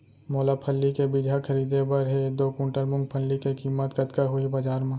मोला फल्ली के बीजहा खरीदे बर हे दो कुंटल मूंगफली के किम्मत कतका होही बजार म?